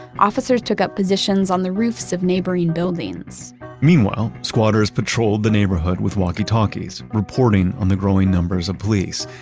officers took up positions on the roofs of neighboring buildings meanwhile, squatters patrolled the neighborhood with walkie-talkies, reporting on the growing numbers of police.